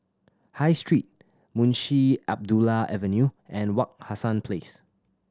High Street Munshi Abdullah Avenue and Wak Hassan Place